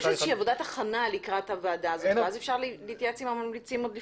יש עבודת הכנה לקראת הוועדה ואז אפשר להתייעץ עם הממליצים עוד לפני.